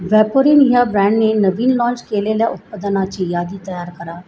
Vaporin ह्या ब्रँडने नवीन लाँच केलेल्या उत्पादनाची यादी तयार करा